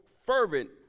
fervent